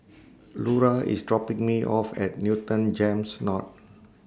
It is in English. Lura IS dropping Me off At Newton Gems North